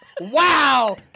Wow